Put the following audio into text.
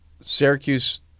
Syracuse